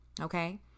okay